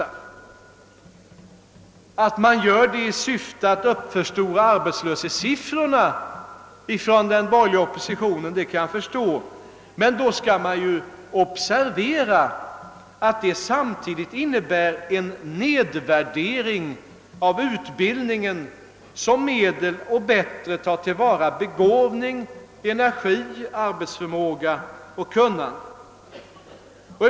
Att man inom den borgerliga oppositionen gör det i syfte att uppförstora arbetslöshetssiffrorna kan jag förstå, men i så fall måste man observera att det samtidigt innebär en nedvärdering av utbildningen som medel att bättre tillvarata begåvning, energi, arbetsförmåga och kunnande.